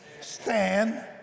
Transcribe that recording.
stand